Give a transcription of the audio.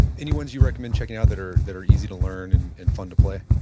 any ones you recommend checking out that are that are easy to learn and and fun to play?